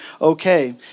okay